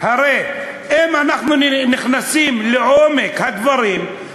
הרי אם אנחנו נכנסים לעומק הדברים,